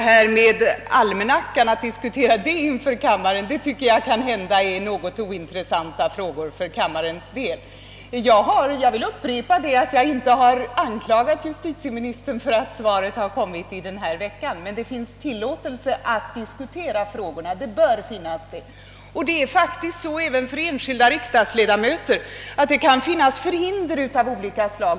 Herr talman! Kammaren måste finna det ganska ointressant att höra oss diskutera almanackan. Jag vill upprepa att jag inte har klandrat justitieministern för att svaret har lämnats i denna vecka, men det bör vara tillåtet att diskutera frågan. Även enskilda riksdagsledamöter kan faktiskt ha förhinder av olika slag.